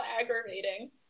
aggravating